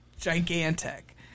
gigantic